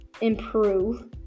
improve